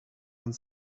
and